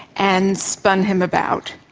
and spun him about.